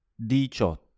diciotto